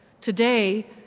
Today